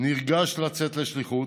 נרגש לצאת לשליחות,